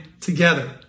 together